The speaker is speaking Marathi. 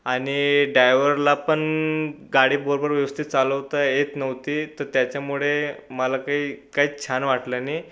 आणि डायवरला पण गाडी बरोबर व्यवस्थित चालवता येत नव्हती तर त्याच्यामुळे मला काही काहीच छान वाटलं नाही